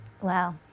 Wow